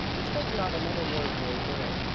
and spoke not another word during dinner.